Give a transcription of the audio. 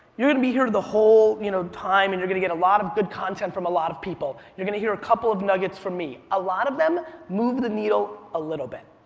you're gonna be here the whole you know time and you're gonna get a lot of good content from a lot of people. you're gonna here a couple of nuggets from me, a lot of them move the needle a little bit.